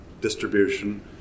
distribution